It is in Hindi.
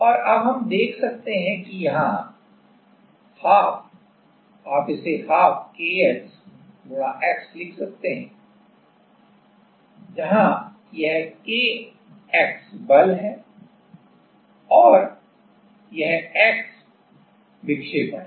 और अब हम देख सकते हैं कि यहाँ 12 आप इसे 12 K x x लिख सकते हैं जहाँ यह K x बल है और यह विक्षेपण है